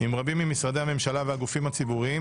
עם רבים ממשרדי הממשלה והגופים הציבוריים